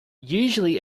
usually